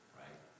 right